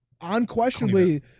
unquestionably